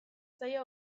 saila